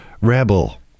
Rebel